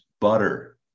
butter